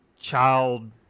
child